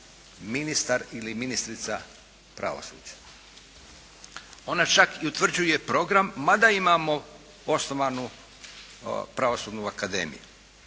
ministar ili ministrica pravosuđa. Ona čak i utvrđuje program mada imamo osnovanu pravosudnu akademiju.